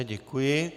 Děkuji.